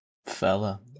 fella